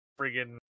friggin